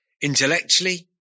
intellectually